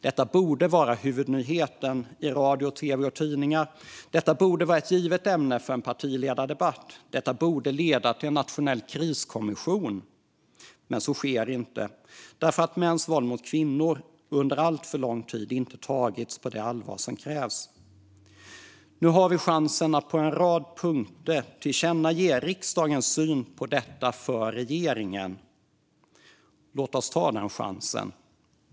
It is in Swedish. Detta borde vara en huvudnyhet i radio, tv och tidningar. Det borde vara ett givet ämne i en partiledardebatt. Det borde leda till en nationell kriskommission. Men så sker inte därför att mäns våld mot kvinnor under alltför lång tid inte tagits på det allvar som krävs. Nu har vi chansen att på en rad punkter tillkännage riksdagens syn på detta för regeringen. Låt oss ta den chansen!